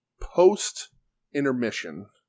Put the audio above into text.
post-intermission